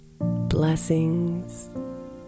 Blessings